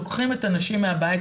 לוקחים את הנשים מהבית,